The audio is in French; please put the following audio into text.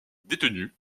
détenu